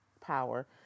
power